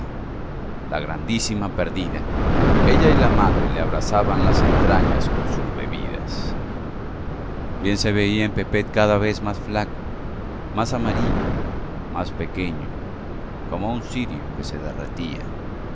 la grandísima perdida ella y la madre le abrasaban las entrañas con sus bebidas bien se veía en pepet cada vez más flaco más amarillo más pequeño como un cirio que se derretía